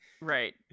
Right